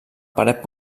paret